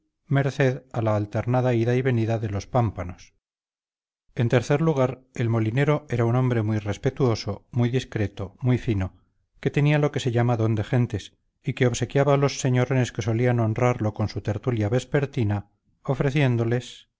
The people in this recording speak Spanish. merced a la alternada ida y venida de los pámpanos en tercer lugar el molinero era un hombre muy respetuoso muy discreto muy fino que tenía lo que se llama don de gentes y que obsequiaba a los señorones que solían honrarlo con su tertulia vespertina ofreciéndoles